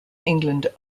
england